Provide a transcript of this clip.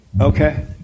Okay